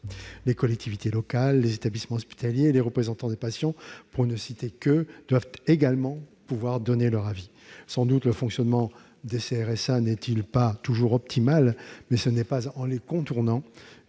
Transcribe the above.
les collectivités locales, les établissements hospitaliers, les représentants des patients, pour ne citer qu'eux, doivent également pouvoir donner leur avis. Sans doute le fonctionnement des CRSA n'est-il pas toujours optimal, mais ce n'est pas en les contournant